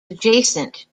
adjacent